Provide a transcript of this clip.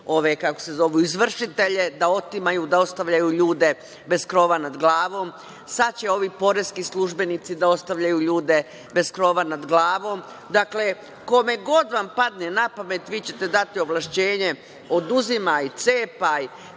ste uveli ove izvršitelje da otimaju, da ostavljaju ljude bez krova nad glavom. Sad će ovi poreski službenici da ostavljaju ljude bez krova nad glavom. Dakle, kome god vam padne napamet vi ćete da ti ovlašćenje - oduzimaj, cepaj